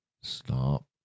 Stop